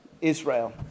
Israel